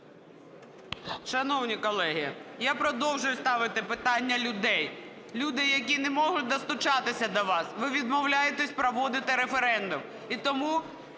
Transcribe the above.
Шановні колеги, я продовжую ставити питання людей. Люди, які не можуть достучатися до вас. Ви відмовляєтесь проводити референдум. І тому